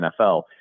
NFL